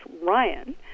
Ryan